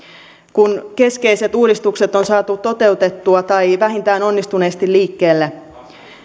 kun keskeiset uudistukset on saatu toteutettua tai vähintään onnistuneesti liikkeelle